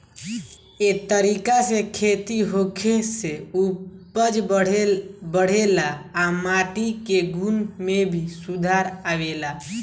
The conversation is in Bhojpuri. ए तरीका से खेती होखे से उपज बढ़ेला आ माटी के गुण में भी सुधार आवेला